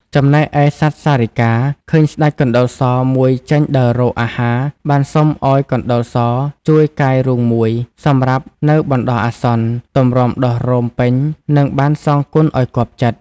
ចំណែកឯសត្វសារិកា ឃើញស្ដេចកណ្ដុរសមួយចេញដើររក អាហារ បានសុំឲ្យកណ្តុរសជួយកាយរូងមួយ សម្រាប់នៅបណ្តោះអាសន្ន ទម្រាំដុះរោម ពេញ នឹងបានសងគុណឲ្យគាប់ចិត្ត ។